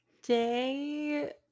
Day